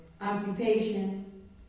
occupation